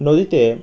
নদীতে